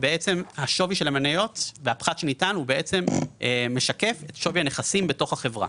השווי של המניות והפחת שניתן הוא בעצם משקף את שווי הנכסים בתוך החברה.